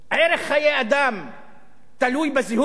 ערך חיי אדם תלוי בזהות?